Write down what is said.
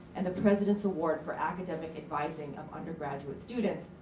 and the president's award for academic advising of undergraduate students.